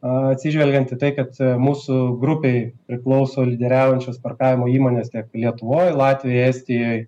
atsižvelgiant į tai kad mūsų grupei priklauso lyderiaujančios parkavimo įmonės tiek lietuvoj latvijoj estijoj